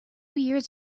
years